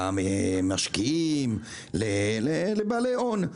למשקיעים, לבעלי הון.